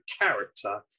character